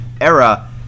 era